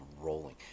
rolling